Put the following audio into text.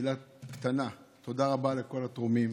מילה קטנה: תודה רבה לכל התורמים.